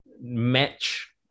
match